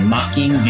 Mocking